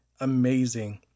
amazing